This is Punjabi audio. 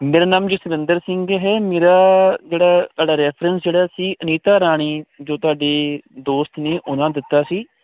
ਮੇਰਾ ਨਾਮ ਜਸਵਿੰਦਰ ਸਿੰਘ ਹੈ ਮੇਰਾ ਜਿਹੜਾ ਤੁਹਾਡਾ ਰੈਫਰਸ ਜਿਹੜਾ ਸੀ ਅਨੀਤਾ ਰਾਣੀ ਜੋ ਤੁਹਾਡੇ ਦੋਸਤ ਨੇ ਉਹਨਾਂ ਦਿੱਤਾ ਸੀ